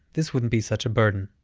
this wouldn't be such a burden.